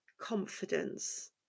confidence